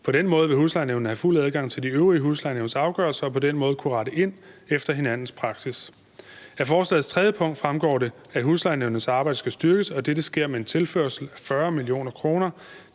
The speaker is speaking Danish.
På den måde vil huslejenævnene have fuld adgang til de øvrige huslejenævns afgørelser og på den måde kunne rette ind efter hinandens praksis. Af forslagets 3. punkt fremgår det, at huslejenævnets arbejde skal styrkes, og at dette skal ske med en tilførsel af 40 mio. kr.